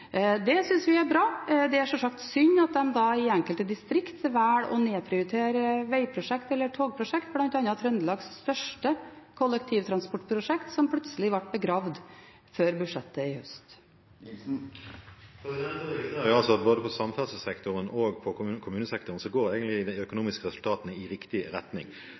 Det synes vi er bra. Det er sjølsagt synd at de i enkelte distrikt velger å nedprioritere veiprosjekt eller togprosjekt, bl.a. Trøndelags største kollektivtransportprosjekt, som plutselig ble begravd før budsjettet i høst. Da registrerer jeg altså at når det gjelder både samferdselssektoren og kommunesektoren går egentlig de økonomiske resultatene i riktig retning.